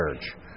Church